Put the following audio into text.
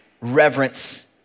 reverence